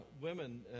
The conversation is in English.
women